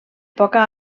poca